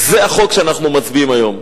זה החוק שאנחנו מצביעים עליו היום.